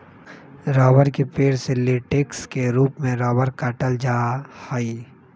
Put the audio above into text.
रबड़ के पेड़ से लेटेक्स के रूप में रबड़ काटल जा हई